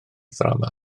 ddrama